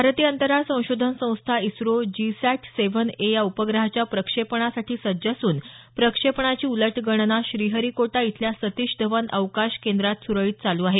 भारतीय अंतराळ संशोधन संस्था ISRO GSAT seven A या उपग्रहाच्या प्रक्षेपणासाठी सज्ज असून प्रक्षेपणाची उलट गणना श्रीहरीकोटा इथल्या सतीश धवन अवकाश केंद्रात सुरळीत चालू आहे